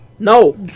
No